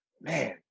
Man